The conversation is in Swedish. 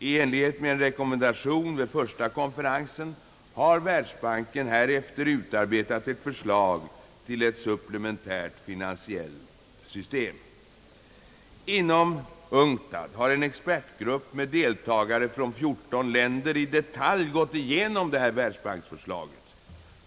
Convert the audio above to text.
I enlighet med en rekommendation vid den första konferensen har världsbanken utarbetat ett förslag till ett supplementärt finansieringssystem. Inom UNCTAD har en expertgrupp med deltagare från 14 länder i detalj gått igenom detta världsbanksförslag.